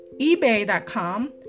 ebay.com